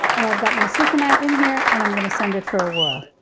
well, i've got my sucanat in here and i'm going to send it for a whirl.